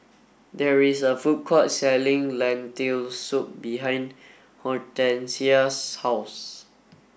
there is a food court selling Lentil Soup behind Hortencia's house